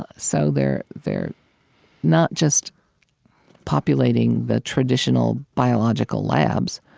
ah so they're they're not just populating the traditional biological labs,